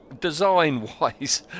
design-wise